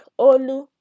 Olu